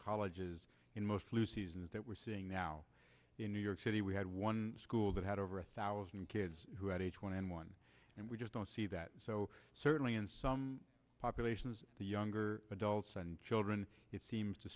colleges in most flu seasons that we're seeing now in new york city we had one school that had over a thousand kids who had h one n one and we just don't see that so certainly in some populations the younger adults and children it seems to